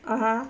(uh huh)